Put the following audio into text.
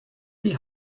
die